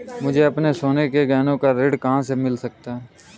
मुझे अपने सोने के गहनों पर ऋण कहाँ से मिल सकता है?